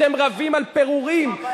אתם רבים על פירורים.